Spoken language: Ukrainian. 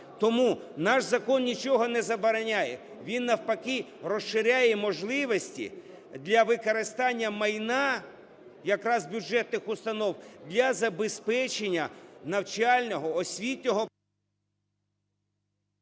Тому наш закон нічого не забороняє. Він навпаки розширяє можливості для використання майна якраз бюджетних установ для забезпечення навчального, освітнього…